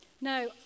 No